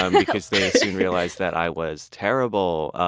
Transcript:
um because they soon realized that i was terrible,